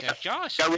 Josh